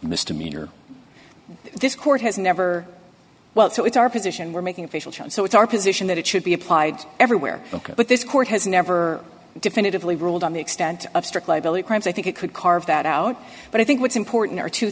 misdemeanor this court has never well so it's our position we're making official child so it's our position that it should be applied everywhere but this court has never definitively ruled on the extent of strict liability crimes i think it could carve that out but i think what's important are two